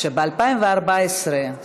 כשב-2014, כן.